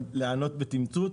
לענות בתמצות.